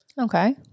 Okay